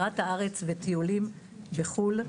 הכרת הארץ וטיולים בחו"ל.